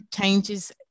changes